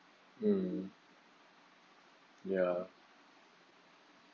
mm ya